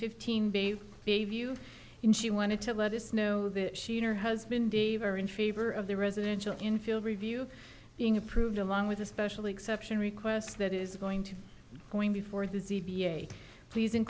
fifteen a view and she wanted to let us know that she and her husband dave are in favor of the residential in field review being approved along with especially exception requests that is going to be going before the zeevi a pleas